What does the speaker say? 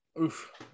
Oof